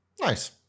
Nice